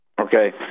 okay